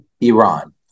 Iran